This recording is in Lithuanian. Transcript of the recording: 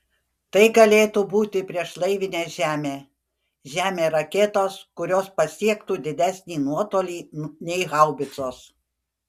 tai galėtų būti priešlaivinės žemė žemė raketos kurios pasiektų didesnį nuotolį nei haubicos